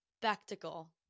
spectacle